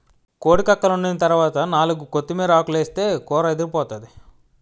కోడి కక్కలోండిన తరవాత నాలుగు కొత్తిమీరాకులేస్తే కూరదిరిపోతాది